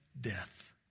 death